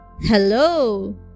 Hello